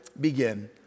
begin